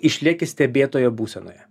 išlieki stebėtojo būsenoje